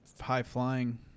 high-flying